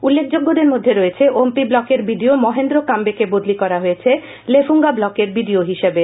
উল্লেখ্য যোগ্যদের মধ্যে রয়েছে অম্পি ব্লকের বিডিও মহেন্দ্র কামবে কে বদলী করা হয়েছে লেফুঙ্গা ব্লকের বিডিও হিসেবে